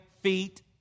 feet